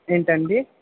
ఏంటండీ